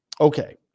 Okay